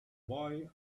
boy